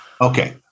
Okay